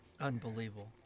Unbelievable